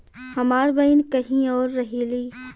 हमार बहिन कहीं और रहेली